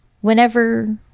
whenever